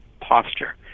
posture